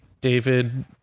david